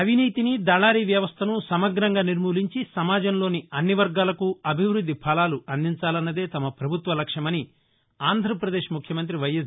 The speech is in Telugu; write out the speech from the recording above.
అవినీతిని దళారీ వ్యవస్థను సమగ్రంగా నిర్మూలించి సమాజంలోని అన్ని వర్గాలకు అభివృద్ది ఫలాలు అందించాలన్నదే తమ ప్రభుత్వ లక్ష్యంగా ఆంధ్రాపదేశ్ ముఖ్యమంతి వైఎస్